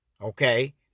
okay